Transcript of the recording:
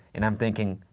and i'm thinking,